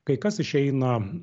kai kas išeina